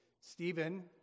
Stephen